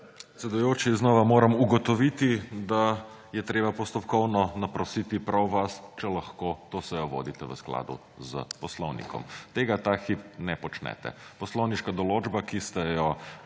znova moram ugotoviti, da je treba postopkovno naprositi prav vas, če lahko to sejo vodite v skladu s poslovnikom. Tega ta hip ne počnete. Poslovniška določba, ki ste jo